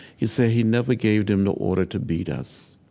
he said he never gave them the order to beat us.